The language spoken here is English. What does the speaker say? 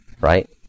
right